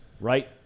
Right